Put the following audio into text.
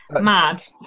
mad